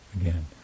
Again